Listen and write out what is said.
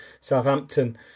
Southampton